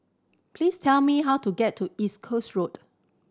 please tell me how to get to East Coast Road